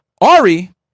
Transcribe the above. Ari